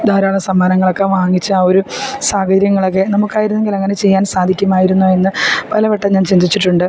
ധാരാളം സമ്മാനങ്ങളൊക്കെ വാങ്ങിച്ചാൽ ഒരു സാഹചര്യങ്ങളൊക്കെ നമുക്കായിരുന്നെങ്കിലങ്ങനെ ചെയ്യാൻ സാധിക്കുമായിരുന്നോ എന്ന് പലവട്ടം ഞാൻ ചിന്തിച്ചിട്ടുണ്ട്